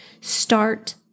Start